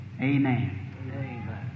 Amen